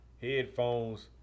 headphones